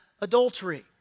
adultery